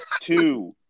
two